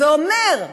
ואומר: